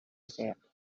asked